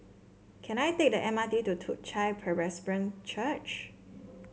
can I take the M R T to Toong Chai Presbyterian Church